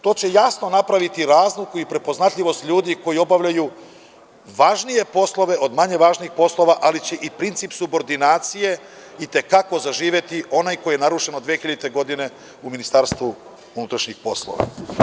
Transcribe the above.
To će jasno napraviti razliku i prepoznatljivost ljudi koji obavljaju važnije poslove od manje važnih poslova, ali će i princip subordinacije i te kako zaživeti onaj koji je narušen od 2.000 godine u Ministarstvu unutrašnjih poslova.